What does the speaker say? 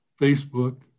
Facebook